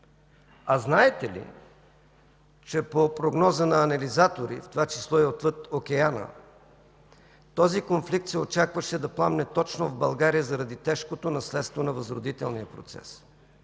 А знаете ли, че по прогноза на анализатори, в това число и отвъд Океана, този конфликт се очакваше да пламне точно в България заради тежкото наследство на възродителния процес?